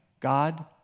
God